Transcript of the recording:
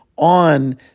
on